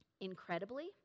Incredibly